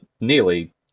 nearly